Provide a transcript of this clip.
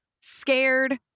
scared